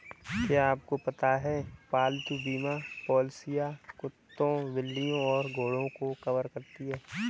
क्या आपको पता है पालतू बीमा पॉलिसियां कुत्तों, बिल्लियों और घोड़ों को कवर करती हैं?